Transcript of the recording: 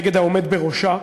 נגד העומד בראשה.